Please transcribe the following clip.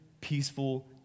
peaceful